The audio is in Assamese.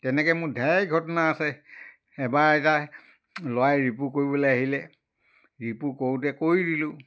তেনেকৈ মোৰ ধেৰ ঘটনা আছে এবাৰ এটা ল'ৰাই ৰিপু কৰিবলৈ আহিলে ৰিপু কৰোঁতে কৰি দিলোঁ